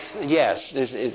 Yes